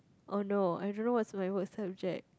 oh no I don't know what's my worst subject